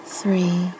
three